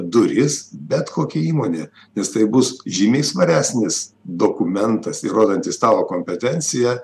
duris bet kokia įmonė nes tai bus žymiai svaresnis dokumentas įrodantis tavo kompetenciją